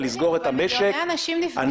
לסגור את המשק --- אבל מיליוני אנשים נפגעו.